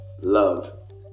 love